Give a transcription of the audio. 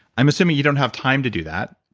i'm assuming you don't have time to do that.